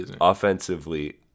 offensively